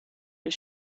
you